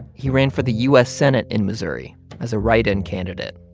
he ran for the u s. senate in missouri as a write-in candidate.